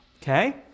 Okay